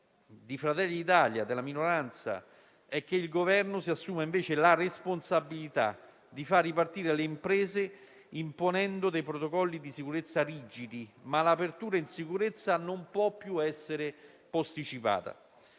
di Fratelli d'Italia è che il Governo si assuma invece la responsabilità di far ripartire le imprese, imponendo dei protocolli di sicurezza rigidi. L'apertura in sicurezza non può però più essere posticipata.